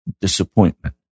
Disappointment